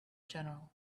general